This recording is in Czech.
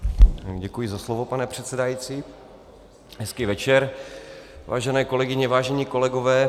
Děkuji za slovo, pane předsedající, hezký večer, vážené kolegyně, vážení kolegové.